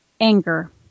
anger